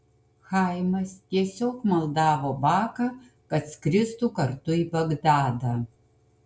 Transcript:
chaimas tiesiog maldavo baką kad skristų kartu į bagdadą